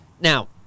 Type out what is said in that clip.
now